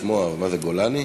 מה זה, גולני?